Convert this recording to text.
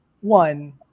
one